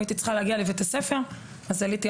שאם הייתי צריכה להגיע לבית הספר הייתי צריכה